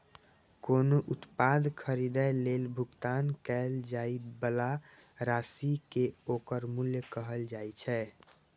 कोनो उत्पाद खरीदै लेल भुगतान कैल जाइ बला राशि कें ओकर मूल्य कहल जाइ छै